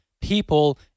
people